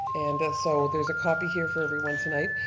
and so there's a copy here for everyone tonight.